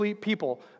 people